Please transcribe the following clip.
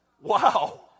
Wow